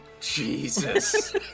Jesus